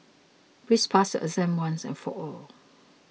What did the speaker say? please pass exam once and for all